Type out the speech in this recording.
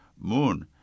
moon